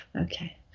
Okay